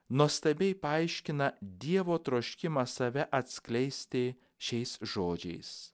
nuostabiai paaiškina dievo troškimą save atskleisti šiais žodžiais